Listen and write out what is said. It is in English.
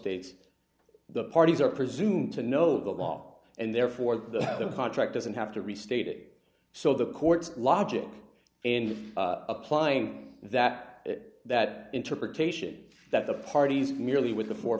states the parties are presumed to know the law and therefore the contract doesn't have to restate it so the courts logic and applying that that interpretation that the parties merely with the four